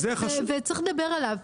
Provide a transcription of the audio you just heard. וצריך לדבר עליו.